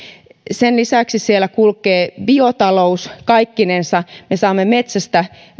sen lisäksi siellä kulkee biotalous kaikkinensa me saamme metsästä